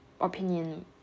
opinion